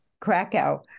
Krakow